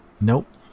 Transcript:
Nope